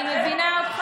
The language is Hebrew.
לא,